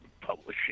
publishing